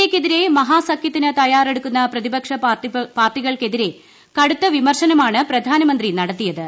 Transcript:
A യ്ക്കെതിരെ മഹാസഖ്യത്തിന് തയ്യാറെടുക്കുന്ന പ്രതിപക്ഷ പാർട്ടികൾക്കെതിരെ കടുത്ത വിമർശനമാണ് പ്രധാനമന്ത്രി നടത്തിയത്